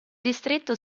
distretto